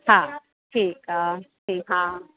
हा ठीकु आहे हा